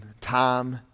time